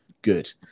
Good